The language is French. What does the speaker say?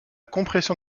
compression